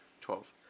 Twelve